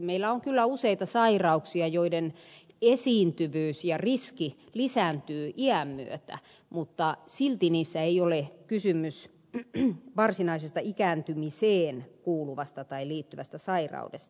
meillä on kyllä useita sairauksia joiden esiintyvyys ja riski lisääntyvät iän myötä mutta silti niissä ei ole kysymys varsinaisesta ikääntymiseen kuuluvasta tai liittyvästä sairaudesta